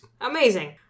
Amazing